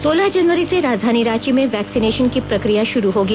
सोलह जनवरी से राजधानी रांची में वैक्सीनेशन की प्रक्रिया शुरू होगी